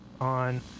on